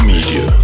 Media